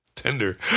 tender